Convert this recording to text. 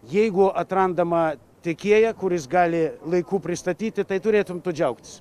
jeigu atrandama tiekėją kuris gali laiku pristatyti tai turėtum džiaugtis